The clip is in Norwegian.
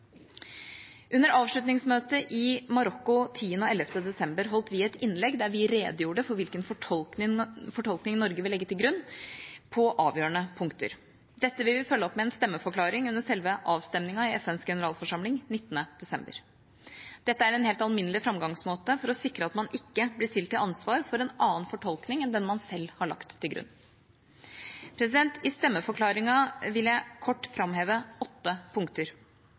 Under avslutningsmøtet i Marokko 10. og 11. desember holdt vi et innlegg der vi redegjorde for hvilken fortolkning Norge vil legge til grunn på avgjørende punkter. Dette vil vi følge opp med en stemmeforklaring under selve avstemningen i FNs generalforsamling 19. desember. Dette er en helt alminnelig framgangsmåte for å sikre at man ikke blir stilt til ansvar for en annen fortolkning enn den man selv har lagt til grunn. I stemmeforklaringen vil jeg kort framheve åtte punkter: